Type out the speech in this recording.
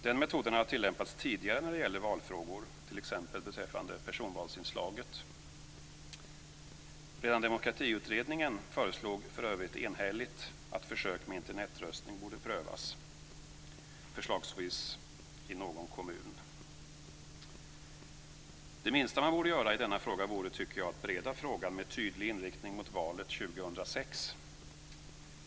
Den metoden har tillämpats tidigare när det gäller valfrågor, t.ex. beträffande personvalsinslaget. Redan Demokratiutredningen föreslog - för övrigt enhälligt - att försök med Internetröstning borde prövas - förslagsvis i någon kommun. Det minsta man borde göra i denna fråga vore, tycker jag, att bereda frågan med tydlig inriktning mot valet 2006.